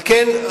על כן,